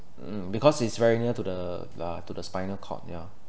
mm because it's very near to the uh to the spinal cord ya